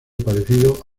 parecido